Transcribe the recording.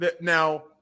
now